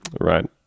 right